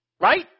right